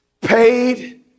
Paid